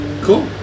Cool